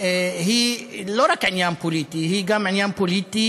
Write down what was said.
היא לא רק עניין פוליטי, היא גם עניין פוליטי,